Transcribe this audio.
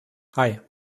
hei